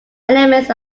elements